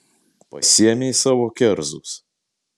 pasiėmei savo kerzus